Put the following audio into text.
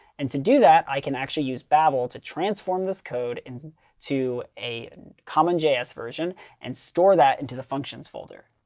and to do that, i can actually use babel to transform this code into a common js version and store that into the functions folder.